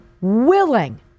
willing